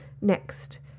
Next